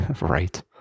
Right